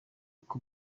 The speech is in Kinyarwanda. uko